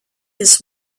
his